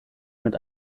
mit